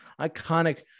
Iconic